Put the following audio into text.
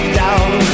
down